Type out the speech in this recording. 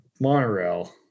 monorail